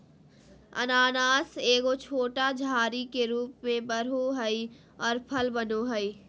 अनानास एगो छोटा झाड़ी के रूप में बढ़ो हइ और फल बनो हइ